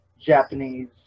japanese